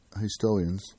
historians